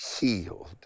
healed